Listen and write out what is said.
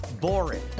boring